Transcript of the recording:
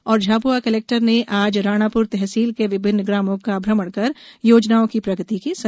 ण झाब्आ कलेक्टर ने आज राणाप्र तहसील के विभिन्न ग्रामों का भ्रमण कर योजनाओं की प्रगति की समीक्षा की